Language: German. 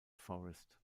forest